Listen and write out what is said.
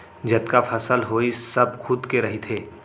जतका फसल होइस सब खुद के रहिथे